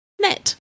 Net